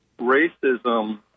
racism